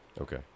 okay